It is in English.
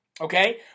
Okay